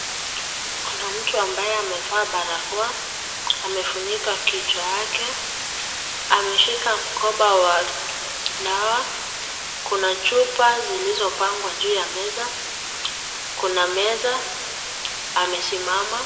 Kuna mtu ambaye amevaa barakoa, amefunika kichwa yake ,ameshika mkoba wa dawa. Kuna chupa zilizo pangwa juu ya meza, kuna meza amesimama.